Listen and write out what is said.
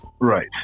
Right